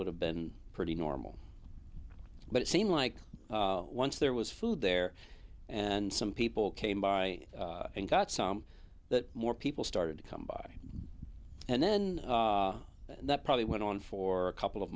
would have been pretty normal but it seemed like once there was food there and some people came by and got some that more people started to come by and then that probably went on for a couple of